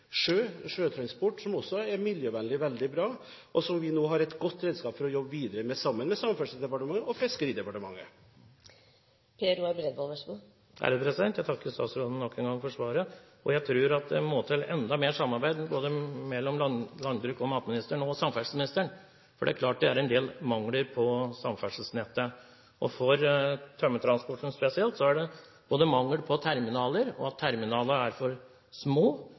jobbe videre med, sammen med Samferdselsdepartementet og Fiskeridepartementet. Jeg takker statsråden nok en gang for svaret. Jeg tror at det må til enda mer samarbeid mellom landbruks- og matministeren og samferdselsministeren, for det er klart at det er en del mangler på samferdselsnettet. For tømmertransporten spesielt er det mangel på terminaler, og terminalene er for små